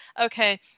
okay